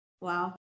Wow